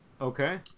okay